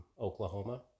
oklahoma